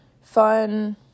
fun